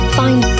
find